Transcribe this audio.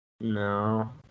No